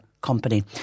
company